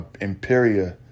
imperial